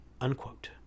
unquote